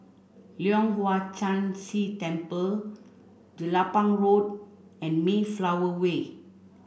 Leong Hwa Chan Si Temple Jelapang Road and Mayflower Way